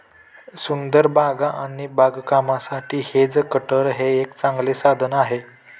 सुंदर बागा आणि बागकामासाठी हेज कटर हे एक चांगले साधन आहे